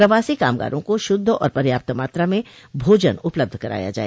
प्रवासी कामगारों को शुद्ध और पर्याप्त मात्रा में भोजन उपलब्ध कराया जाए